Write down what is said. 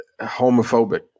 homophobic